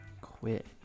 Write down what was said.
quit